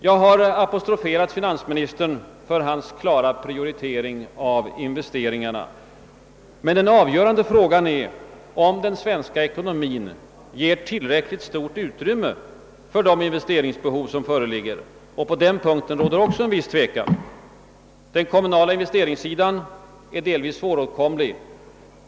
Jag har apostroferat finansministern för hans klara prioritering av investeringarna. Men den avgörande frågan är om den svenska ekonomin ger tillräckligt stort utrymme för de investeringsbehov som föreligger. På den punkten råder också en viss tvekan. Den kommunala investeringssidan är delvis svåråtkomlig.